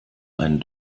einen